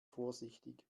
vorsichtig